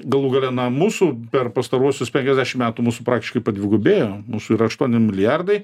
galų gale na mūsų per pastaruosius penkiasdešim metų mūsų praktiškai padvigubėjo mūsų yra aštuoni milijardai